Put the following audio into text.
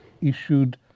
issued